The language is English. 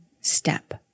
step